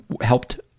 helped